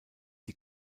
die